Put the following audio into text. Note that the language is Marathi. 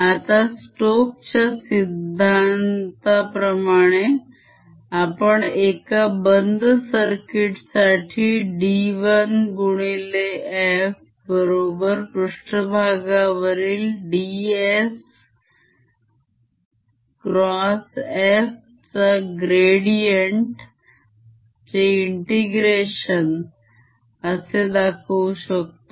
आता stokeचा सिद्धांत वापरून आपण एका बंद सर्किट साठी d1 गुणिले f बरोबर पृष्ठभागावरील ds x f चा gradient चे integration असे दाखवू शकतो